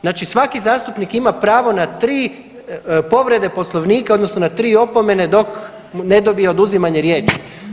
Znači svaki zastupnik ima pravo na 3 povrede Poslovnika, odnosno na 3 opomena dok ne dobije oduzimanje riječi.